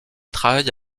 travaille